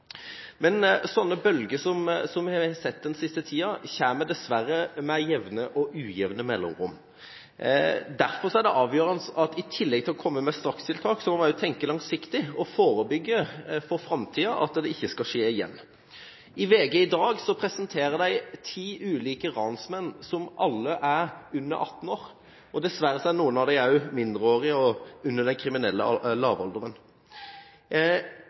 bølger som vi har sett den siste tida, kommer dessverre med jevne og ujevne mellomrom. Derfor er det avgjørende at vi, i tillegg til å komme med strakstiltak, også tenker langsiktig – at vi forebygger for framtida, slik at det ikke skal skje igjen. VG presenterer i dag ti ulike ransmenn, som alle er under 18 år. Dessverre er noen av dem mindreårige og dermed under den kriminelle